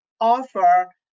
offer